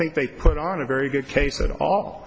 think they put on a very good case at all